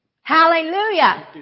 Hallelujah